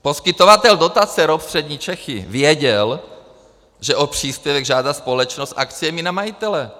Poskytovatel dotace ROP Střední Čechy věděl, že o příspěvek žádá společnost s akciemi na majitele.